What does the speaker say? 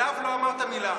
עליו לא אמרת מילה.